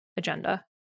agenda